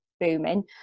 booming